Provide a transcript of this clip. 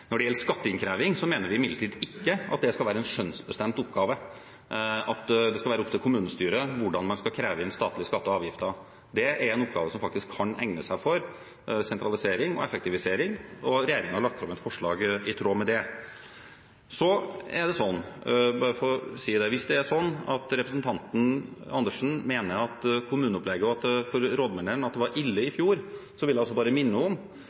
Når det gjelder skatteinnkreving, mener vi imidlertid at det ikke skal være en skjønnsbestemt oppgave, at det skal være opp til kommunestyret hvordan man skal kreve inn statlige skatter og avgifter. Det er en oppgave som faktisk kan egne seg for sentralisering og effektivisering, og regjeringen har lagt fram et forslag i tråd med det. Og bare for å si det: Hvis det er sånn at representanten Andersen mener at kommuneopplegget var ille for rådmennene i fjor, vil jeg bare minne om